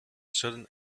sudden